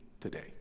today